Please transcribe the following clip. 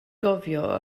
gofio